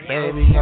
Baby